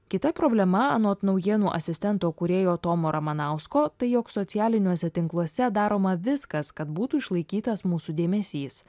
kita problema anot naujienų asistento kūrėjo tomo ramanausko tai jog socialiniuose tinkluose daroma viskas kad būtų išlaikytas mūsų dėmesys